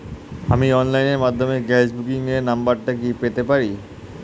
আমার অনলাইনের মাধ্যমে গ্যাস বুকিং এর নাম্বারটা কি পেতে পারি?